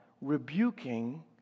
rebuking